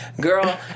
girl